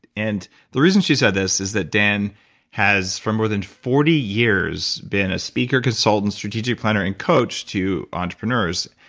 and the reason she said this is that dan has, for more than forty years, been a speaker consultant strategic planner, and coach to entrepreneurs.